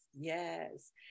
yes